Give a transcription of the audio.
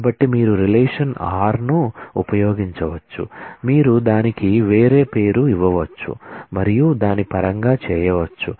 కాబట్టి మీరు relation r ను ఉపయోగించవచ్చు మీరు దానికి వేరే పేరు ఇవ్వవచ్చు మరియు దానిపరంగా చేయవచ్చు